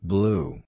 Blue